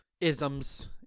isms